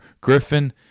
Griffin